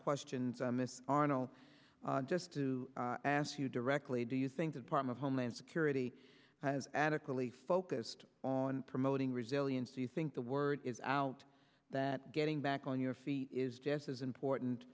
questions on this arnold just to ask you directly do you think that part of homeland security has adequately focused on promoting resilience do you think the word is out that getting back on your feet is just as important